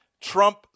Trump